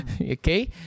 okay